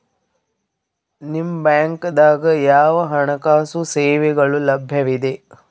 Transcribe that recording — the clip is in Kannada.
ನಿಮ ಬ್ಯಾಂಕ ದಾಗ ಯಾವ ಹಣಕಾಸು ಸೇವೆಗಳು ಲಭ್ಯವಿದೆ?